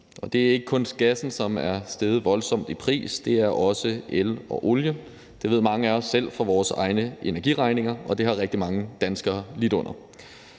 Og det er ikke kun gassen, som er steget voldsomt i pris; det er også el og olie. Det ved mange af os fra vores egne energiregninger, og det har rigtig mange danskere lidt under.